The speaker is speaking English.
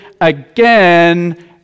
again